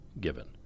given